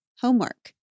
homework